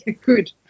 Good